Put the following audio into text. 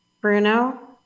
Bruno